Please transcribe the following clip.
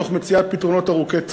תוך מציאת פתרונות ארוכי טווח,